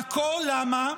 והכול למה?